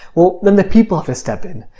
well, then the people have to step in.